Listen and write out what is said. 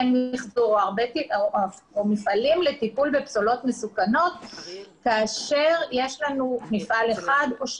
מיחזור או מפעלים לטיפול בפסולות מסוכנות כאשר יש לנו מפעל אחד או שניים.